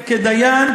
שכדיין,